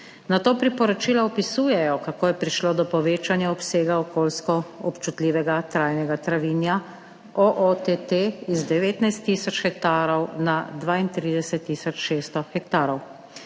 Nato priporočila opisujejo, kako je prišlo do povečanja obsega okoljsko občutljivega trajnega travinja, OOTT, iz 19 tisoč hektarov na 32 tisoč600 hektarov.